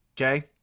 Okay